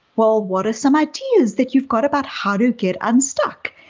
well, what are some ideas that you've got about how to get unstuck?